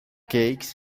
cakes